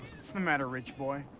what's the matter rich boy?